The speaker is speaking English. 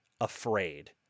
afraid